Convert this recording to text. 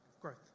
growth